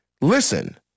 Listen